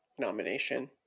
nomination